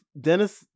Dennis